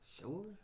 Sure